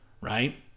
right